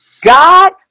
God